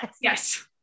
Yes